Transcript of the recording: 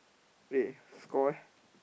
eh score eh